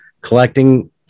collecting